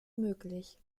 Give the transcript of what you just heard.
möglich